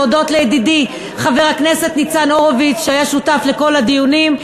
להודות לידידי חבר הכנסת ניצן הורוביץ שהיה שותף לכל הדיונים,